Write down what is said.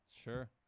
Sure